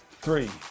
three